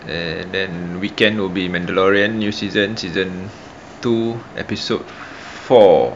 and then weekend will be mandalorian new season season two episode four